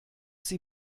sie